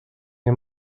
nie